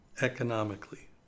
economically